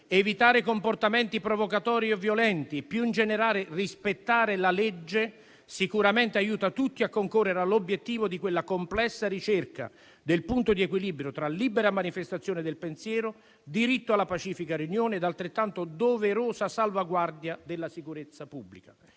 evitare comportamenti provocatori o violenti e, più in generale, rispettare la legge, sicuramente aiutano tutti a concorrere all'obiettivo di quella complessa ricerca del punto di equilibrio tra libera manifestazione del pensiero, diritto alla pacifica riunione ed altrettanto doverosa salvaguardia della sicurezza pubblica.